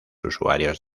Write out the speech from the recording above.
usuarios